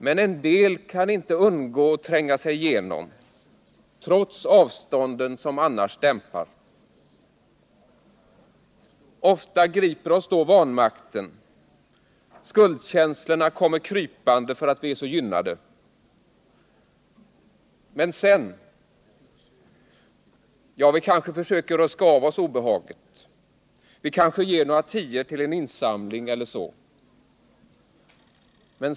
Men en del kan inte undgå att tränga sig igenom — trots avstånden som annars dämpar. Ofta griper oss då vanmakten; skuldkänslorna kommer krypande för att vi är så gynnade. Men sedan? Ja, vi kanske försöker ruska av obehaget. Vi kanske ger några tior till en insamling eller något liknande.